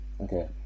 okay